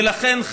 ולכן,